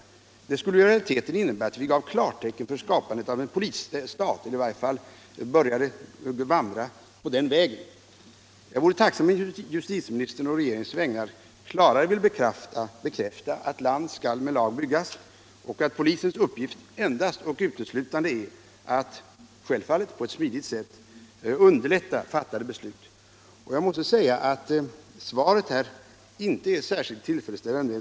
Detta skulle ju i realiteten innebära att vi gav klartecken för skapandet av en polisstat eller i varje fall började vandra på den vägen. Jag vore tacksam om justitieministern på regeringens vägnar klarare ville bekräfta att ”land skall med lag byggas” och att polisens uppgift endast och uteslutande är att — självfallet på ett smidigt sätt — underlätta genomförandet av fattade beslut. Jag måste säga att det svar jag fått 19 från den synpunkten inte är särskilt tillfredsställande.